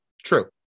True